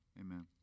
amen